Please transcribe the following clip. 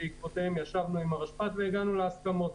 ובעקבותיהם ישבנו עם הרשפ"ת והגענו להסכמות.